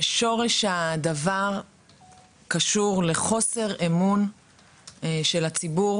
שורש הדבר קשור לחוסר אמון של הציבור